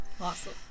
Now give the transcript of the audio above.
Awesome